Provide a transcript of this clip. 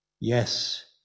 yes